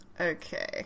Okay